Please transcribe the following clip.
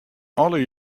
alle